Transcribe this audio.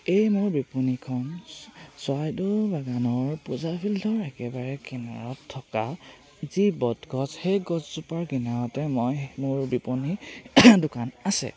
এই মোৰ বিপণিখন চৰাইদেউ বাগানৰ পূজা ফিল্ডৰ একেবাৰে কিনাৰত থকা যি বটগছ সেই গছজোপাৰ কিনাৰতে মই মোৰ বিপণি দোকান আছে